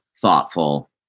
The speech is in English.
thoughtful